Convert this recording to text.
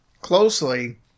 closely